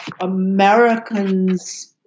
Americans